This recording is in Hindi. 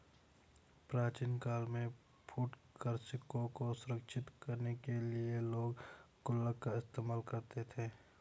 प्राचीन काल में फुटकर सिक्कों को सुरक्षित करने के लिए लोग गुल्लक का इस्तेमाल करते थे